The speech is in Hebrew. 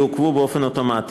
יעוכבו באופן אוטומטי.